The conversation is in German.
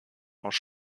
aus